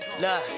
Look